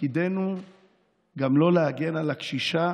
תפקידנו לא גם להגן על הקשישה